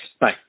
Bye